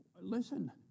Listen